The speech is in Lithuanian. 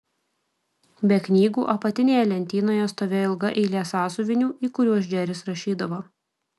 be knygų apatinėje lentynoje stovėjo ilga eilė sąsiuvinių į kuriuos džeris rašydavo